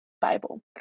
Bible